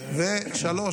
שלוש,